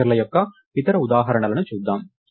స్ట్రక్చర్ల యొక్క ఇతర ఉదాహరణలను చూద్దాం